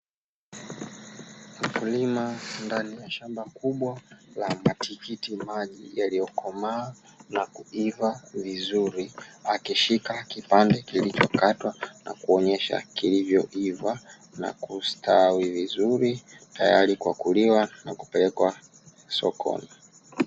Mkulima ndani ya shamba kubwa la matikitimaji yaliyokomaa na kuiva vizuri, akishika kipande kilichokatwa na kuonyesha kilivyoiva na kustawi vizuri, tayari kwa kuliwa na kupelekwa sokoni.